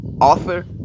author